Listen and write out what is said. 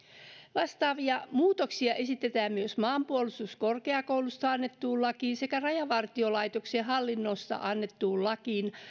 vastaavia muutoksia esitetään myös maanpuolustuskorkeakoulusta annettuun lakiin sekä rajavartiolaitoksen hallinnosta annettuun lakiin